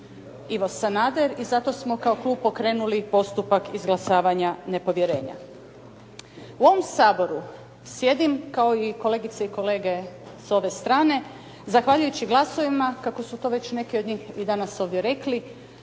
Ivo Sanader i zato smo kao klub pokrenuli postupak izglasavanja nepovjerenja. U ovom Saboru sjedim kao i kolegice i kolege s ove strane zahvaljujući glasovima kako su to već neki od njih i danas ovdje rekli